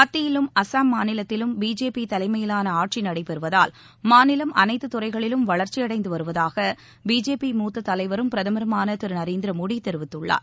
மத்தியிலும் அசாம் மாநிலத்திலும் பிஜேபி தலைமையிலான ஆட்சி நடைபெறுவதால் மாநிலம் அனைத்து துறைகளிலும் வளர்ச்சி அடைந்து வருவதாக பிஜேபி மூத்த தலைவரும் பிரதமருமான திரு நரேந்திர மோதி தெரிவித்துள்ளார்